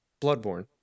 Bloodborne